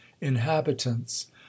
inhabitants